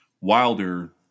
Wilder